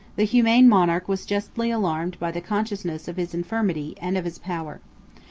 the humane monarch was justly alarmed by the consciousness of his infirmity and of his power.